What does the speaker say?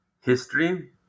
history